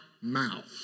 mouth